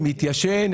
מתיישן,